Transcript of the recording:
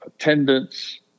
attendance